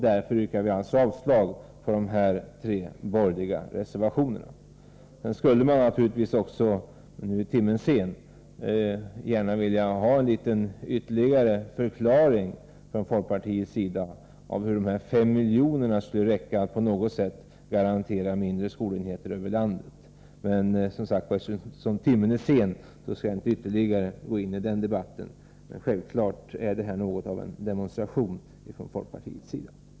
Därför yrkar vi avslag på dessa tre borgerliga reservationer. Man skulle naturligtvis också gärna vilja ha en ytterligare förklaring från folkpartiets sida till hur dessa 5 miljoner skall räcka för att garantera mindre skolenheter över hela landet. Men eftersom timmen är sen skall jag inte närmare gå in på den debatten, utan bara konstatera att detta självfallet är en demonstration från folkpartiets sida.